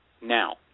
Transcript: now